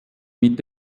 mit